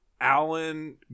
Alan